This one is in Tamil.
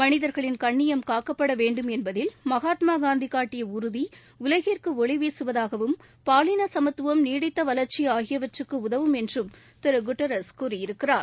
மனிதர்களின் கண்ணியம் காக்கப்பட வேண்டும் என்பதில் மகாத்மா காந்தி காட்டிய உறுதி உலகிற்கு ஒளிவீசுவதாகவும் பாலின சமத்துவம் நீடித்த வளர்ச்சி ஆகியவற்றுக்கு உதவும் என்றும் திரு குட்ரஸ் கூறியிருக்கிறார்